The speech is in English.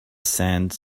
sand